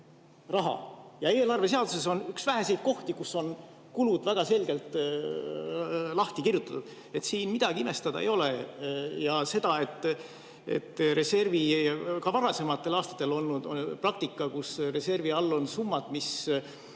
ja eelarve seaduses on see üks väheseid kohti, kus on kulud väga selgelt lahti kirjutatud. Siin midagi imestada ei ole. Ka varasematel aastatel on olnud praktika, kus reservi all on summad, mis